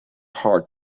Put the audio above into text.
hard